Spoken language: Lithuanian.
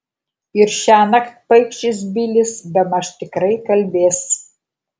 ir šiąnakt paikšis bilis bemaž tikrai kalbės